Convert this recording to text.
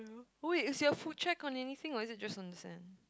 wait is your food shack on anything or is it just on the sand